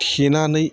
थेनानै